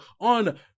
on